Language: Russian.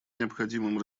необходимым